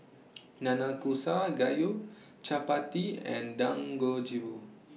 Nanakusa Gayu Chapati and Dangojiru